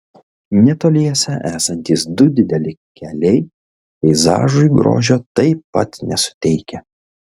netoliese esantys du dideli keliai peizažui grožio taip pat nesuteikia